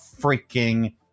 freaking